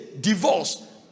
divorce